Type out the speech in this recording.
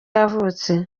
yavutse